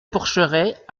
porcheraie